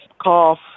cough